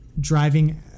driving